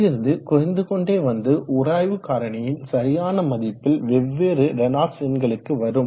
இதிலிருந்து குறைந்து கொண்டே வந்து உராய்வு காரணியின் சரியான மதிப்பில் வெவ்வேறு ரேனால்ட்ஸ் எண்களுக்கு வரும்